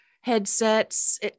headsets